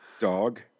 dog